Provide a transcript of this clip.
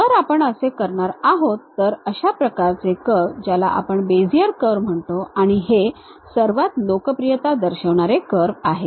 जर आपण असे करणार आहोत तर अशा प्रकारचे कर्व ज्याला आपण बेझियर कर्व म्हणतो आणि हे सर्वात लोकप्रियता दर्शविणारे कर्व आहेत